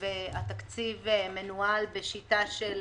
והתקציב מנוהל בשיטה של